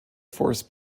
force